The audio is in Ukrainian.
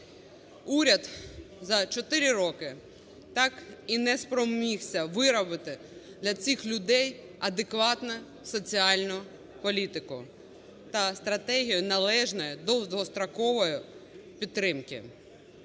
Уряд за 4 роки так і не спромігся виробити для цих людей адекватну соціальну політику та стратегію належної довгострокової підтримки.